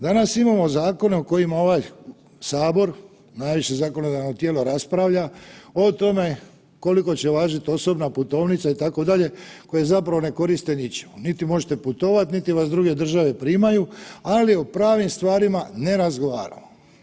Danas imamo zakona o kojima ovaj sabor najviše zakonodavno tijelo raspravlja o tome koliko će važit osobna, putovnica itd., koje zapravo ne koriste ničim, niti možete putovati, niti vas druge države primaju, ali o pravim stvarima ne razgovaramo.